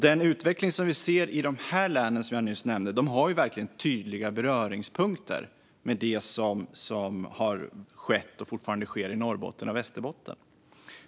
Den utveckling som vi ser i de län som jag nyss nämnde har tydliga beröringspunkter med det som har skett och fortfarande sker i Norrbotten och Västerbotten.